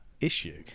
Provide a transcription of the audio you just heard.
issue